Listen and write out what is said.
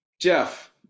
Jeff